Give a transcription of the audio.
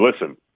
Listen